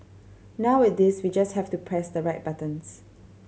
now with this we just have to press the right buttons